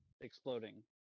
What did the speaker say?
exploding